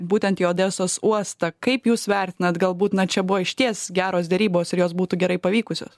būtent į odesos uostą kaip jūs vertinat galbūt na čia buvo išties geros derybos ir jos būtų gerai pavykusios